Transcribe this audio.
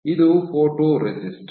ಇದು ಫೋಟೊರೆಸಿಸ್ಟ್